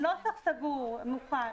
הנוסח סגור, מוכן.